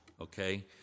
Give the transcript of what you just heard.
okay